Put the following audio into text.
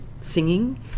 singing